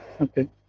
okay